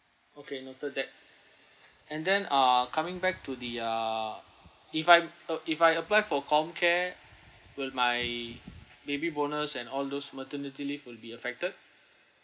okay noted that and then ah coming back to the ah if I a~ if I apply for COMCARE will my baby bonus and all those maternity leave will be affected